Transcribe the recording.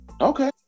Okay